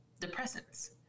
depressants